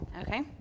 Okay